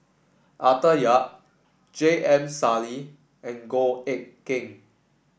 Arthur Yap J M Sali and Goh Eck Kheng